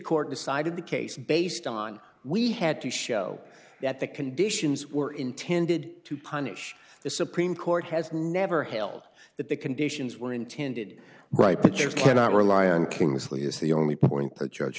court decided the case based on we had to show that the conditions were intended to punish the supreme court has never held that the conditions were intended right that you cannot rely on kingsley is the only point that church